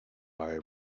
via